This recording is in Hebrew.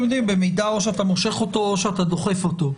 במידע, או שאתה מושך אותו או שאתה דוחף אותו.